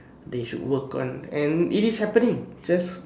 they should work on and it is happening just